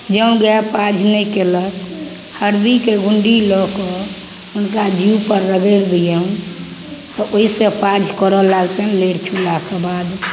जँ गाइ पाउज नहि कएलक हरदीके गुण्डी लऽ कऽ हुनका जीहपर रगड़ि दिऔन तऽ ओहिसे पाउज करऽ लगथिन लेर चुलाके बाद